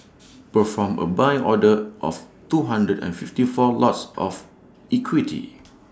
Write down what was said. perform A buy order of two hundred and fifty four lots of equity